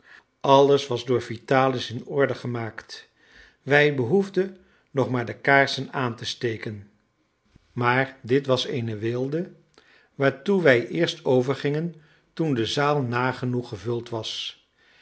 alles was door vitalis in orde gemaakt wij behoefden nog maar de kaarsen aan te steken maar dit was eene weelde waartoe wij eerst overgingen toen de zaal nagenoeg gevuld was